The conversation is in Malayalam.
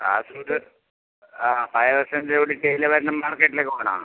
ആശ്രിത് ആ പഴയ ബസ് സ്റ്റാൻഡ് കൂടിയിട്ട് ഏയിലെ വരണം മാർക്കറ്റിലേക്ക് പോകണോ